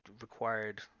required